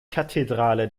kathedrale